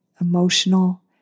emotional